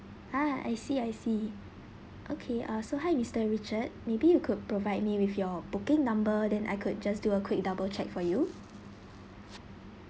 ah I see I see okay uh so hi mister richard maybe you could provide me with your booking number then I could just do a quick double check for you